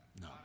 No